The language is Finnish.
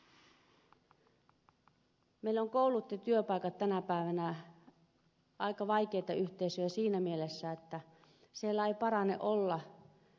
meillä ovat koulut ja työpaikat tänä päivänä aika vaikeita yhteisöjä siinä mielessä että siellä ei parane olla huonovointinen